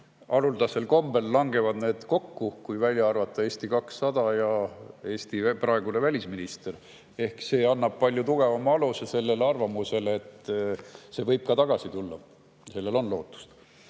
haruldasel kombel langevad need kokku, kui välja arvata Eesti 200 ja Eesti praegune välisminister. See annab palju tugevama aluse sellele arvamusele, et see [peakonsulaat] võib ka tagasi tulla. Lootust